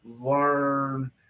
learn